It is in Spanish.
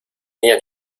niña